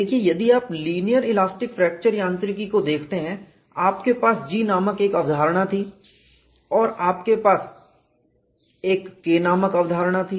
देखिए यदि आप लीनियर इलास्टिक फ्रैक्चर यांत्रिकी को देखते हैं आपके पास G नामक एक अवधारणा थी और आपके पास एक K नामक अवधारणा थी